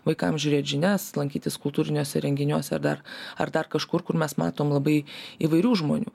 vaikam žiūrėt žinias lankytis kultūriniuose renginiuose ar dar ar dar kažkur kur mes matom labai įvairių žmonių